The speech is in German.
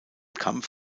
kampf